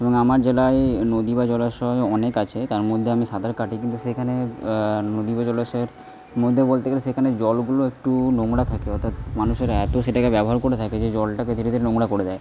এবং আমার জেলায় নদী বা জলাশয় অনেক আছে তার মধ্যে আমি সাঁতার কাটি কিন্তু সেখানে নদী বা জলাশয়ের মধ্যে বলতে গেলে সেখানে জলগুলো একটু নোংরা থাকে অর্থাৎ মানুষেরা এত সেটাকে ব্যবহার করে থাকে যে জলটাকে ধীরে ধীরে নোংরা করে দেয়